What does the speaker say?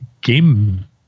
game